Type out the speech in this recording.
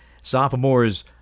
Sophomores